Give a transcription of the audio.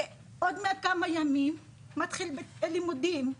וכמה ימים אחר כך התחילו הלימודים.